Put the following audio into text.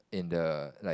in the like